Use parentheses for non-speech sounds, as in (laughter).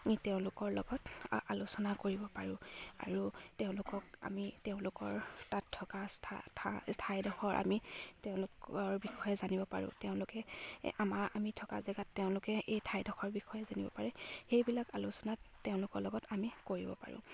আমি তেওঁলোকৰ লগত আলোচনা কৰিব পাৰোঁ আৰু তেওঁলোকক আমি তেওঁলোকৰ তাত থকা (unintelligible) ঠাইডোখৰ আমি তেওঁলোকৰ বিষয়ে জানিব পাৰোঁ তেওঁলোকে আমা আমি থকা জেগাত তেওঁলোকে এই ঠাইডোখৰ বিষয়ে জানিব পাৰে সেইবিলাক আলোচনাত তেওঁলোকৰ লগত আমি কৰিব পাৰোঁ